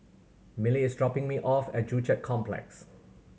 Milly is dropping me off at Joo Chiat Complex